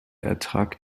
ertrag